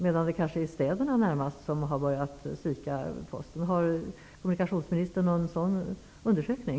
Det kanske närmast är i städerna som man har börjat svika Posten. Har kommunikationsministern gjort någon sådan undersökning?